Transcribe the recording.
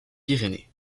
pyrénées